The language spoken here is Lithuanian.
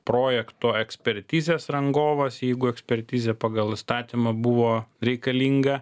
projekto ekspertizės rangovas jeigu ekspertizė pagal įstatymą buvo reikalinga